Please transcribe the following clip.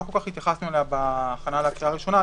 שלא כל כך התייחסנו אליה בהכנה לקריאה ראשונה,